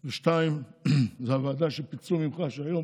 2. זו הוועדה שפיצלו ממך, שהיום